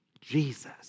Jesus